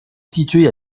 situé